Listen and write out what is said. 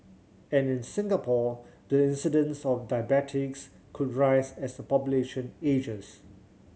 and in Singapore the incidence of diabetes could rise as the population ages